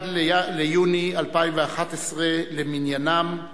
1 ביוני 2011 למניינם,